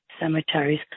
cemeteries